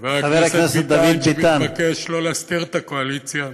חבר הכנסת ביטן מתבקש שלא להסתיר את הקואליציה,